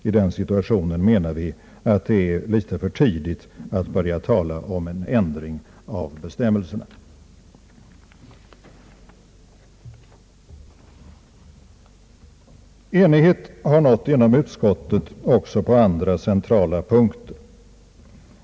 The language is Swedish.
I den situationen menar vi att det är litet för tidigt att börja tala om en ändring av bestämmelserna. Enighet har nåtts inom utskottet också på andra centrala punkter.